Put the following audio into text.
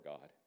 God